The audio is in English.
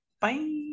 bye